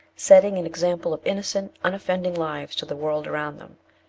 setting an example of innocent, unoffending lives to the world around them,